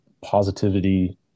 positivity